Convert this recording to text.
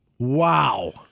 Wow